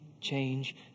change